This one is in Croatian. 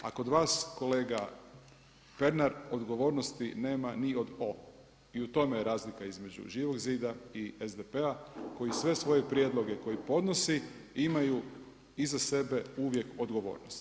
A kod vas kolega Pernar odgovornosti nema ni od o i u tome je razlika između Živog zida i SDP-a koji sve svoje prijedloge koje podnosi imaju iza sebe uvijek odgovornost.